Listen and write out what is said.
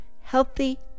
healthy